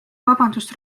vabandust